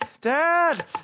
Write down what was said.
dad